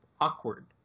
awkward